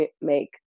make